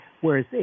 whereas